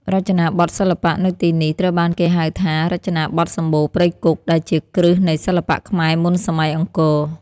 រចនាបថសិល្បៈនៅទីនេះត្រូវបានគេហៅថា "រចនាបថសំបូរព្រៃគុក" ដែលជាគ្រឹះនៃសិល្បៈខ្មែរមុនសម័យអង្គរ។